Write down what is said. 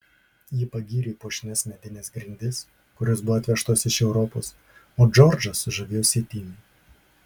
ji pagyrė puošnias medines grindis kurios buvo atvežtos iš europos o džordžą sužavėjo sietynai